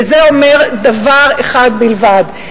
וזה אומר דבר אחד בלבד,